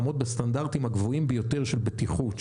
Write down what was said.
לעמוד בסטנדרטים הגבוהים ביותר של בטיחות,